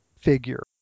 figure